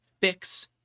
fix